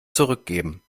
zurückgeben